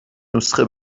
نسخه